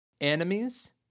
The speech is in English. Enemies